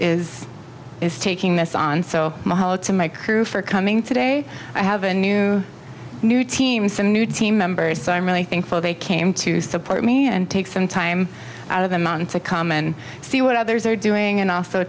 is is taking this on so mahalo to my crew for coming today i have a new new team some new team members so i'm really thankful they came to support me and take some time out of the mountain to come and see what others are doing and